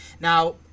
now